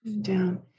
Down